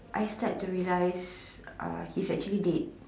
I start to realise uh he's actually dead